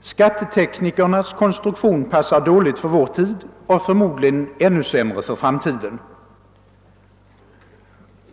Skatteteknikernas konstruktion passar dåligt för vår tid och förmodligen ännu sämre för framtiden.